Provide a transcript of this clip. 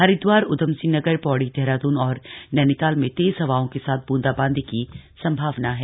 हरिद्वार ऊधमसिंह नगर पौड़ी देहरादून और नैनीताल में तेज हवाओं के साथ बूंदा बांदी की संभावना है